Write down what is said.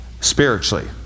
Spiritually